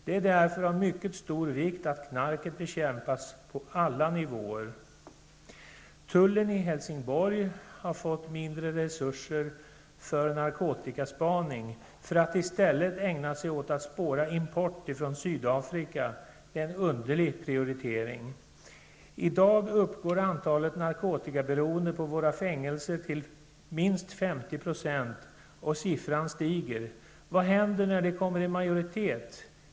Det är därför av mycket stor vikt att knarket bekämpas på alla nivåer. Tullen i Helsingborg har fått mindre resurser för narkotikaspaning för att i stället ägna sig åt att spåra import från Sydafrika. Det är en underlig prioritering. I dag uppgår antalet narkotikaberoende på våra fängelser till minst 50 %, och siffran stiger. Vad händer när de kommer i majoritet?